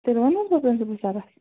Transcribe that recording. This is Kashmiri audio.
تیٚلہِ وَنہٕ حظ بہٕ پرٛنسپُل سَرس